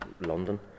London